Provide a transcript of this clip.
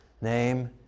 name